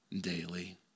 daily